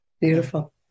Beautiful